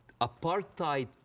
apartheid